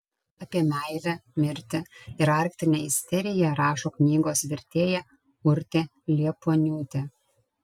apie meilę mirtį ir arktinę isteriją rašo knygos vertėja urtė liepuoniūtė